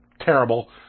terrible